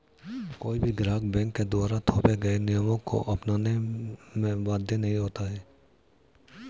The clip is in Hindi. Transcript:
कोई भी ग्राहक बैंक के द्वारा थोपे गये नियमों को अपनाने में बाध्य नहीं होता